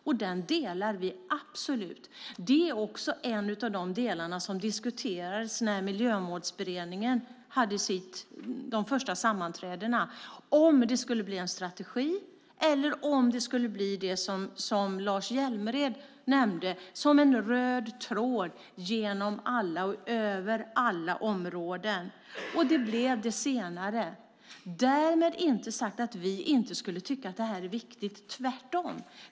Vi delar den absolut. Något som diskuterades när Miljömålsberedningen hade sina första sammanträden var om det skulle bli en strategi eller om det skulle bli en röd tråd genom alla områden, och det blev det senare. Därmed inte sagt att vi inte skulle tycka att det här är viktigt - tvärtom.